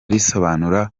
risobanura